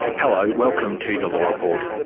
hello, welcome to the law report.